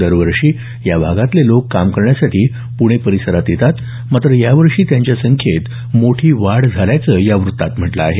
दरवर्षी या भागातले लोक काम करण्यासाठी पुणे परिसरात येतात मात्र यावर्षी त्यांच्या संख्येत मोठी वाढ झाल्याचं या व्रत्तात म्हटलं आहे